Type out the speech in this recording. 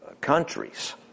countries